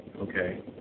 Okay